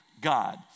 God